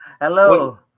Hello